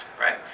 right